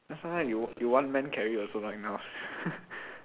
then sometimes you you one man carry also not enough